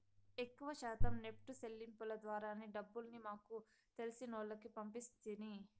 ఎక్కవ శాతం నెప్టు సెల్లింపుల ద్వారానే డబ్బుల్ని మాకు తెలిసినోల్లకి పంపిస్తిని